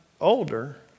older